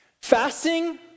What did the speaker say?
Fasting